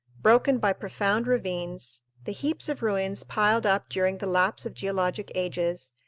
broken by profound ravines, the heaps of ruins piled up during the lapse of geologic ages,